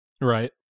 Right